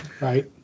Right